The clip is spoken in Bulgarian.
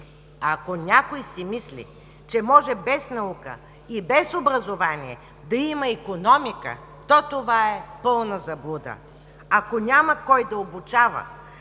Ако някой си мисли, че може без наука и без образование да има икономика, то това е пълна заблуда. Ако няма кой да обучава